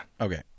Okay